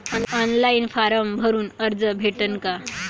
Online form भरून कर्ज भेटन का?